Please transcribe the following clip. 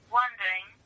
wondering